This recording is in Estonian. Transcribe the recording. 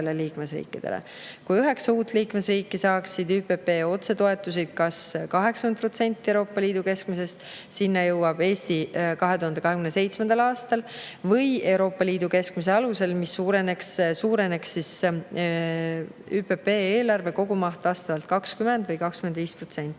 Kui üheksa uut liikmesriiki saaksid ÜPP otsetoetusi kas 80% Euroopa Liidu keskmisest – selleni jõuab Eesti 2027. aastal – või Euroopa Liidu keskmisel määral, suureneks ÜPP eelarve kogumaht vastavalt 20% või 25%.